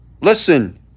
Listen